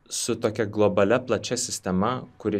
su tokia globalia plačia sistema kuri